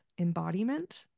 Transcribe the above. embodiment